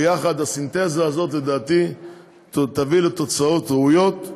ביחד, הסינתזה הזאת לדעתי תביא לתוצאות ראויות,